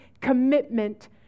commitment